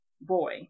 boy